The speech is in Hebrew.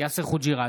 יאסר חוג'יראת,